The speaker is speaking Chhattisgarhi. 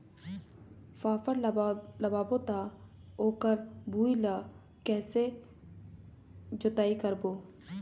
फाफण लगाबो ता ओकर भुईं ला कइसे जोताई करबो?